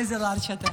איזה לארג' אתה.